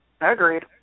Agreed